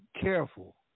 careful